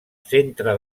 centre